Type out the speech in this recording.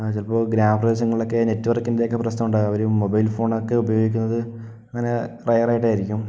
ചിലപ്പോൾ ഗാമപ്രദേശങ്ങളിലൊക്കെ നെറ്റ് വർക്കിൻ്റെക്കെ പ്രശ്നം ഉണ്ടായി വരും മൊബൈൽ ഫോണൊക്കെ ഉപയോഗിക്കുന്നത് അങ്ങനെ റെയറായിട്ടായിരിക്കും